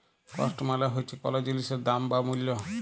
cost মালে হচ্যে কল জিলিসের দাম বা মূল্য